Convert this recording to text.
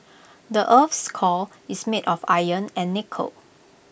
the Earth's core is made of iron and nickel